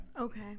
Okay